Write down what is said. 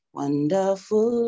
wonderful